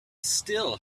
still